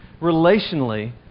Relationally